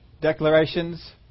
declarations